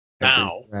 now